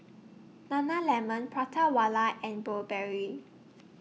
Nana Lemon Prata Wala and Burberry